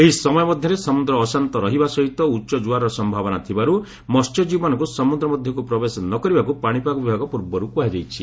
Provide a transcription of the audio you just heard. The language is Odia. ଏହି ସମୟ ମଧ୍ୟରେ ସମୁଦ୍ର ଅଶାନ୍ତ ରହିବା ସହିତ ଉଚ୍ଚ ଜୁଆରର ସମ୍ଭାବନା ଥିବାରୁ ମହ୍ୟଜୀବୀମାନଙ୍କୁ ସମୁଦ୍ର ମଧ୍ୟକୁ ପ୍ରବେଶ ନ କରିବାକୁ ପାଣିପାଗ ବିଭାଗ ପକ୍ଷରୁ କୁହାଯାଇଛି